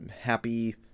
Happy